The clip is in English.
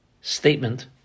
statement